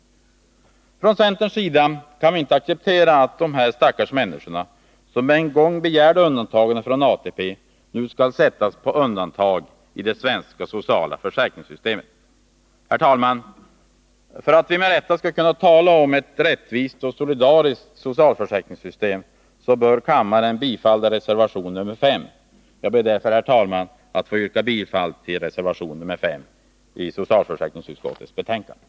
Från centerns sida kan vi inte acceptera att de stackars människor som en gång begärde undantagande från ATP nu skall sättas på undantag i det svenska sociala försäkringssystemet. Herr talman! För att vi med rätta skall kunna tala om ett rättvist och solidariskt socialförsäkringssystem bör kammaren bifalla reservation nr 5. Jag ber därför, herr talman, att få yrka bifall till reservation nr 5 vid socialförsäkringsutskottets betänkande.